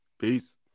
Peace